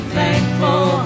thankful